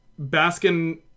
Baskin